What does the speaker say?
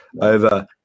over